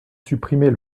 supprimer